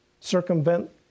circumvent